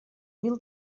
mil